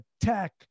tech